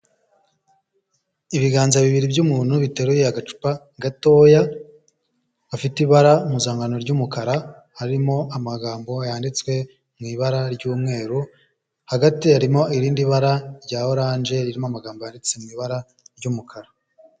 Ibiganza bibiri by'umuntu biteruye agacupa gatoya gafite ibara mpuzankano ry'umukara harimo amagambo yanditswe mu ibara ry'umweru hagati harimo irindi bara rya orange ririmo amagambo yanditse mu ibara ry'umukara.